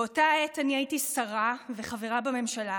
באותה עת אני הייתי שרה וחברה בממשלה,